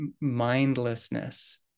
mindlessness